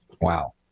Wow